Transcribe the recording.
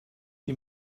die